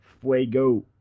fuego